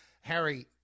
Harry